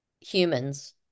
humans